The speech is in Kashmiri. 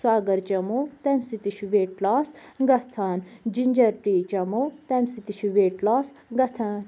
سُہ اَگر چیٚمَو تٔمۍ سۭتۍ تہِ چھِ ویٹ لاس گژھان جِنجَر ٹی چیٚمَو تٔمۍ سۭتۍ تہِ چھِ ویٹ لاس گژھان